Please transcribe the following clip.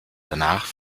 danach